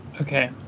okay